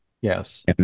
Yes